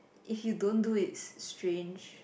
if you don't do it it's strange